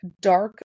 dark